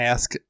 Ask